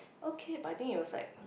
okay I think it was like